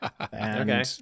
Okay